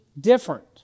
different